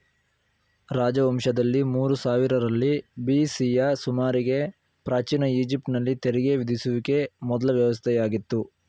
ರಾಜವಂಶದಲ್ಲಿ ಮೂರು ಸಾವಿರರಲ್ಲಿ ಬಿ.ಸಿಯ ಸುಮಾರಿಗೆ ಪ್ರಾಚೀನ ಈಜಿಪ್ಟ್ ನಲ್ಲಿ ತೆರಿಗೆ ವಿಧಿಸುವಿಕೆ ಮೊದ್ಲ ವ್ಯವಸ್ಥೆಯಾಗಿತ್ತು